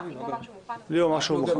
אם כך אז זו החלטה של הוועדה.